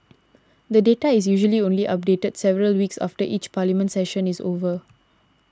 the data is usually only updated several weeks after each Parliament session is over